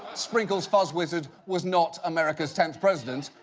sprinkles fuzzwizard was not america's tenth president.